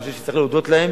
אני חושב שצריך להודות להם,